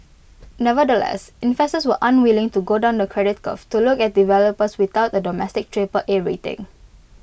nevertheless investors were unwilling to go down the credit curve to look at developers without A domestic Triple A rating